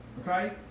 okay